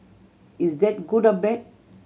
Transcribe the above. is that good or bad